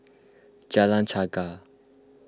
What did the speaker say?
Jalan Chegar